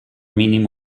mínim